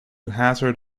hazard